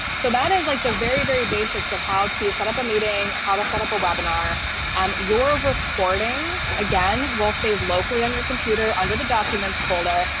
so that is like the very, very basics of how to set up a meeting how to set up a webinar on your recordings, again, will save locally on your computer under the documents folder.